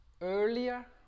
earlier